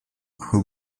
who